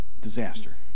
disaster